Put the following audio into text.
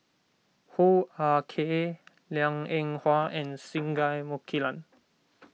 Hoo Ah Kay Liang Eng Hwa and Singai Mukilan